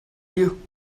you